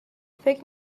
فکر